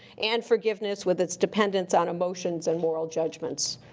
and forgiveness, with its dependence on emotions and moral judgments?